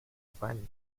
fun